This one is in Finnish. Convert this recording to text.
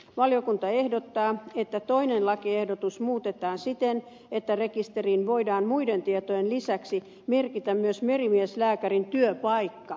valiokunta ehdottaa että toinen lakiehdotus muutetaan siten että rekisteriin voidaan muiden tietojen lisäksi merkitä myös merimieslääkärin työpaikka yhteystiedoksi